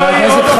זוהי עוד הוכחה,